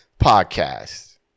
Podcast